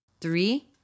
Three